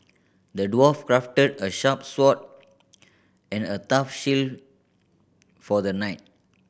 the dwarf crafted a sharp sword and a tough shield for the knight